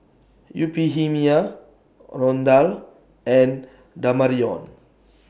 Euphemia Rondal and Damarion